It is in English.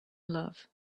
love